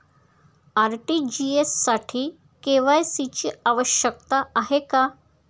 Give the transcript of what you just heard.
RTGS साठी KYC ची आवश्यकता आहे का?